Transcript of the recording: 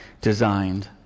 Designed